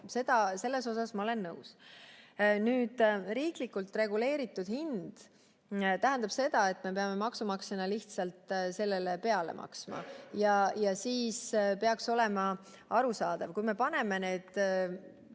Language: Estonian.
Sellega ma olen nõus. Nüüd, riiklikult reguleeritud hind tähendab seda, et me peame maksumaksjana lihtsalt sellele peale maksma, ja siis see peaks olema arusaadav. Kui me paneme need